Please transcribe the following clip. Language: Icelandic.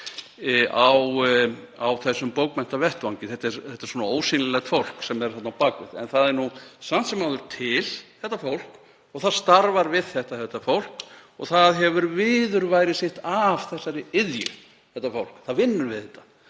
á þessum bókmenntavettvangi. Þetta er ósýnilegt fólk sem er þarna á bak við. En það er nú samt sem áður til, þetta fólk, og það starfar við þetta og hefur viðurværi sitt af þessari iðju. Fólkið vinnur við þetta